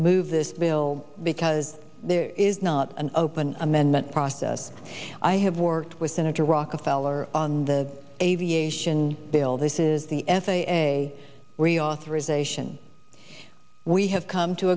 move this bill because there is not an open amendment process i have worked with senator rockefeller on the aviation bill this is the f a a reauthorization we have come to